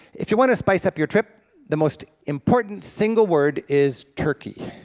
if you want to spice up your trip the most important single word is turkey.